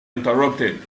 interrupted